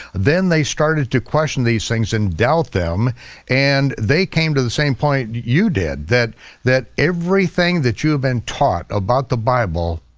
then they started to question these things and doubt them and they came to the same point you did that that everything that you have been taught about the bible